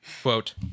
quote